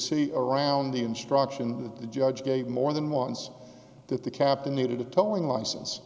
see around the instruction that the judge gave more than once that the captain needed a towing license